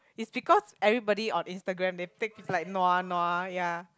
it's because everybody on Instagram they take is like nua nua ya